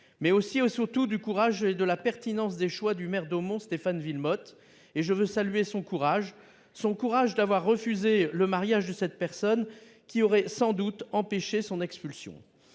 mais aussi, et surtout du courage, ainsi que de la pertinence des choix du maire d'Hautmont, Stéphane Wilmotte. Je veux saluer son courage, car il a refusé le mariage de cette personne, qui aurait sans doute empêché l'expulsion.